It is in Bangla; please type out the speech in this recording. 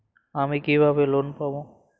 আমি কিভাবে লোন পাব?